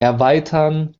erweitern